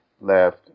left